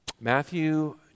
Matthew